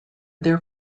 their